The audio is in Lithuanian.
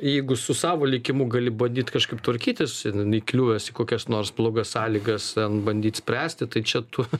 jeigu su savo likimu gali bandyt kažkaip tvarkytis neįkliuvęs į kokias nors blogas sąlygas ten bandyt spręsti tai čia tu